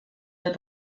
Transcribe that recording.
der